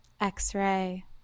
X-ray